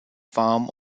farm